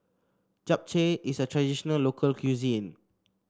Japchae is a traditional local cuisine